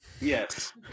Yes